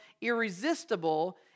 irresistible